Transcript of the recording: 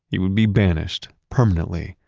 he would be banished, permanently,